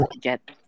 get